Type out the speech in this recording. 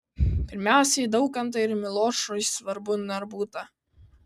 pirmiausia į daukantą ir milošui svarbų narbutą